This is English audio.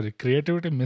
creativity